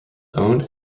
owned